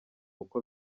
uko